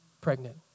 pregnant